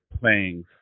playing